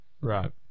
right